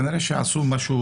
כנראה עשו משהו